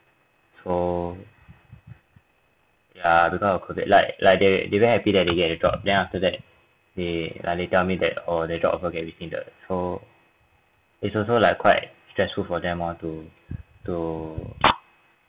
so ya because of COVID like like they they very happy that they get a job then after that they like they tell me that oh the job offer get rescinded so is also like quite stressful for them lor to to